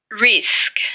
risk